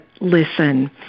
listen